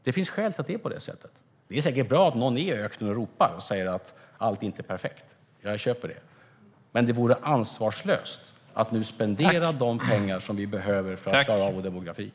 Det finns skäl till att det är på det sättet. Det är säkert bra att någon är i öknen och ropar att allt inte är perfekt. Jag godtar det. Men det vore ansvarslöst att nu spendera de pengar som vi behöver för att klara av demografin.